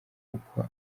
kuko